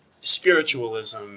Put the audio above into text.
spiritualism